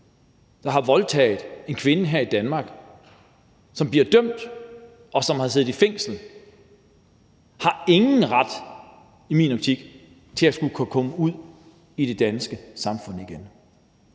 der har voldtaget en kvinde her i Danmark, som bliver dømt, og som har siddet i fængsel, har i min optik ingen ret til at skulle kunne komme ud i det danske samfund igen.